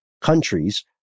countries